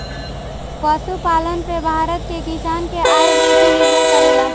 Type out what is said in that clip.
पशुपालन पे भारत के किसान के आय बेसी निर्भर करेला